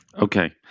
Okay